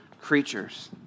creatures